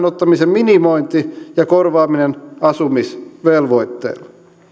ottamisen minimointi ja korvaaminen asumisvelvoitteella